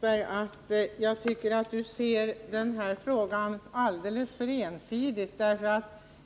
Herr talman! Jag tycker att Olle Wästberg i Stockholm ser den här frågan alldeles för ensidigt.